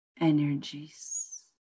energies